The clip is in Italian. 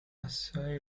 assai